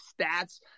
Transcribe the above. stats